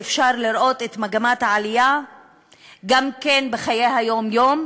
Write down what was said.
ואפשר לראות את מגמת העלייה גם בחיי היום-יום: